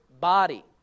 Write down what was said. body